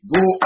Go